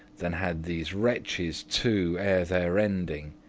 than had these wretches two ere their ending.